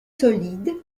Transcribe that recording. solides